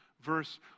verse